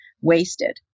wasted